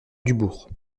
dubourg